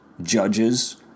judges